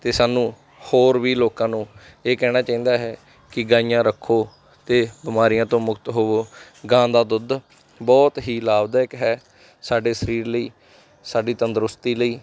ਅਤੇ ਸਾਨੂੰ ਹੋਰ ਵੀ ਲੋਕਾਂ ਨੂੰ ਇਹ ਕਹਿਣਾ ਚਾਹੀਦਾ ਹੈ ਕਿ ਗਾਈਆਂ ਰੱਖੋ ਅਤੇ ਬਿਮਾਰੀਆਂ ਤੋਂ ਮੁਕਤ ਹੋਵੋ ਗਾਂ ਦਾ ਦੁੱਧ ਬਹੁਤ ਹੀ ਲਾਭਦਾਇਕ ਹੈ ਸਾਡੇ ਸਰੀਰ ਲਈ ਸਾਡੀ ਤੰਦਰੁਸਤੀ ਲਈ